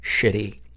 shitty